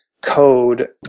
code